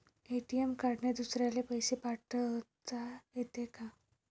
ATM कार्डने दुसऱ्याले पैसे पाठोता येते का?